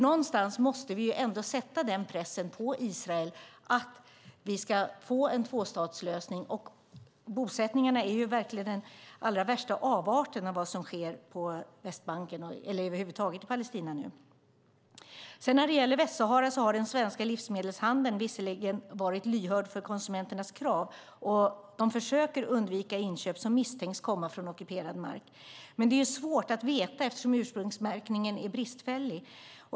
Någonstans måste vi ändå sätta den pressen på Israel att det ska bli en tvåstatslösning. Bosättningarna är den allra värsta avarten i det som sker på Västbanken eller över huvud taget i Palestina nu. När det gäller Västsahara har den svenska livsmedelshandeln visserligen varit lyhörd för konsumenternas krav och försöker undvika inköp som misstänks komma från ockuperad mark, men det är svårt att veta då ursprungsmärkningen är bristfällig.